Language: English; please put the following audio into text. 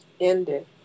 Ended